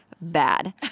bad